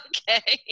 Okay